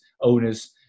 owners